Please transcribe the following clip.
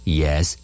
yes